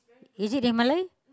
is it in Malay